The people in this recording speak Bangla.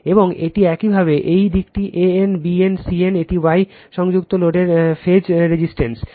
এবং এটি একইভাবে এই দিকটি AN BN CN এটি Y সংযুক্ত লোডের ফেজ প্রতিবন্ধকতা